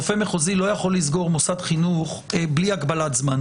רופא מחוזי לא יכול לסגור מוסד חינוך בלי הגבלת זמן.